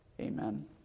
Amen